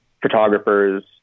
photographers